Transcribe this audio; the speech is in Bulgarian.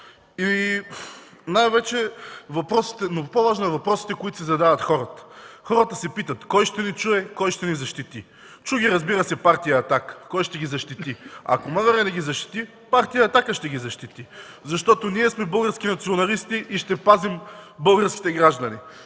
Причините са много. По-важни са въпросите, които си задават хората. Хората се питат: кой ще ни чуе, кой ще ни защити? Чу ги, разбира се, партия „Атака”. Кой ще ги защити? Ако МВР не ги защити, партия „Атака” ще ги защити, защото ние сме български националисти и ще пазим българските граждани!